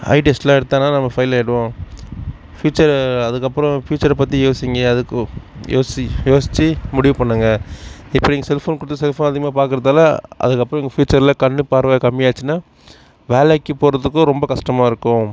ஐ டெஸ்ட்லாம் எடுத்தானா நம்ம ஃபெயில் ஆகிடுவோம் ஃப்யூச்சர் அதுக்கப்புறம் ஃப்யூச்சரை பற்றி யோசிங்க அதுக்கு யோசி யோசிச்சி முடிவு பண்ணுங்கள் இப்போ நீங்கள் செல்ஃபோன் கொடுத்து செல்ஃபோன் அதிகமாக பாக்கிறதால அதுக்கப்புறம் ஃப்யூச்சரில் கண் பார்வை கம்மியாச்சுன்னா வேலைக்கு போகிறதுக்கும் ரொம்ப கஷ்டமா இருக்கும்